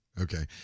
Okay